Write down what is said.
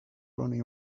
running